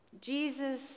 Jesus